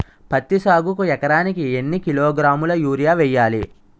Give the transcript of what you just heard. పత్తి సాగుకు ఎకరానికి ఎన్నికిలోగ్రాములా యూరియా వెయ్యాలి?